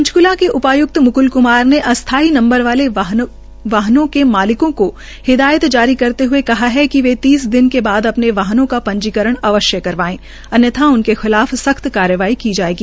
पंचकूला के उपायुक्त मुकूल कुमार ने अस्थाई नम्बर वाले वाहनों के मालिकों को हिदायत जारी करते हये कहा कि वे तीस दिन के बाद अपने वाहनों का पंजीकरण अवश्य करवाएं अन्यथा उनके खिलाफ सख्त कार्रवाई की जायेगी